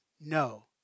No